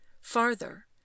farther